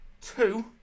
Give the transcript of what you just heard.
Two